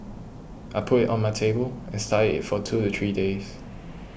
I put it on my table and studied it for two to three days